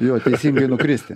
jo teisingai nukristi